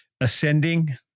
ascending